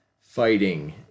fighting